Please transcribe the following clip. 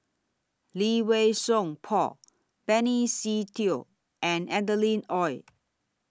Lee Wei Song Paul Benny Se Teo and Adeline Ooi